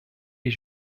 les